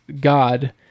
God